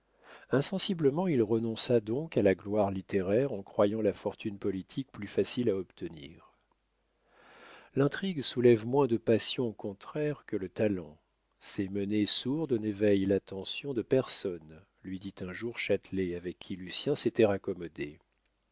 insensiblement il renonça donc à la gloire littéraire en croyant la fortune politique plus facile à obtenir l'intrigue soulève moins de passions contraires que le talent ses menées sourdes n'éveillent l'attention de personne lui dit un jour châtelet avec qui lucien s'était raccommodé